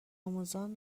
آموزان